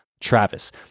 Travis